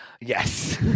Yes